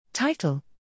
Title